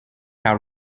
how